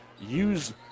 use